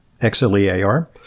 X-L-E-A-R